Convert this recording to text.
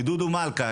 מדודו מלכא,